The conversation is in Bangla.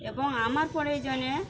এবং আমার প্রয়োজনে